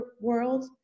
world